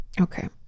Okay